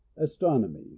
astronomy